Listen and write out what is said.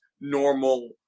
normal